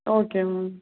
okay ma'am